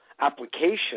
application